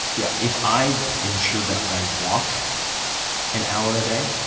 yeah if i ensure that i walk an hour a day,